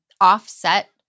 offset